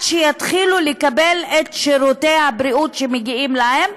שיתחילו לקבל את שירותי הבריאות שמגיעים להם,